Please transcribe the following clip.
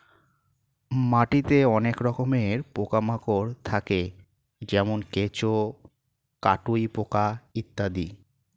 মাটিতে অনেক রকমের পোকা মাকড় থাকে যেমন কেঁচো, কাটুই পোকা ইত্যাদি